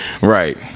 Right